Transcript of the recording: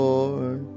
Lord